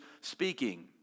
speaking